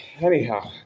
Anyhow